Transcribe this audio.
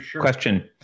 question